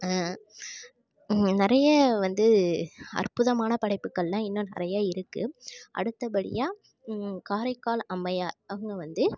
நிறைய வந்து அற்புதமான படைப்புகள்லாம் இன்னும் நிறையா இருக்குது அடுத்தபடியாக காரைக்கால் அம்மையார் அவங்க வந்து